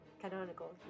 Canonical